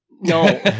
No